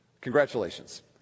Congratulations